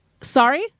Sorry